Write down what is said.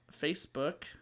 Facebook